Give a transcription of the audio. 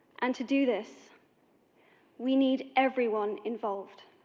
and to do this we need everyone involved.